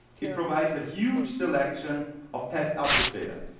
it provides a huge selection of test output data,